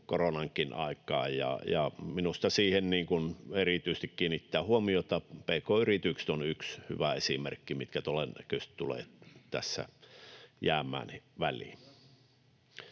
koronankin aikaan, ja minusta siihen tulee erityisesti kiinnittää huomiota. Pk-yritykset ovat yksi hyvä esimerkki, mitkä todennäköisesti tulevat tässä jäämään väliin.